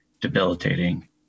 debilitating